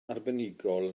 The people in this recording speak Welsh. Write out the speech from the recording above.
arbenigol